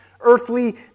earthly